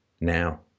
now